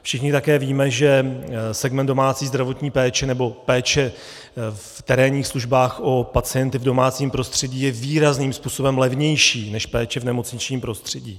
Všichni také víme, že segment domácí zdravotní péče, nebo péče v terénních službách, o pacienty v domácím prostředí je výrazným způsobem levnější než péče v nemocničním prostředí.